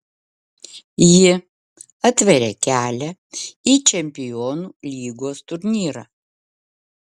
ji atveria kelią į čempionų lygos turnyrą